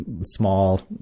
small